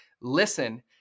listen